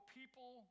people